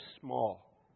small